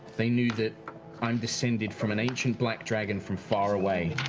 they knew that i'm descended from an ancient black dragon from far away.